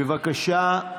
בבקשה,